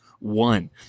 one